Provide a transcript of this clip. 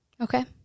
Okay